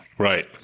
Right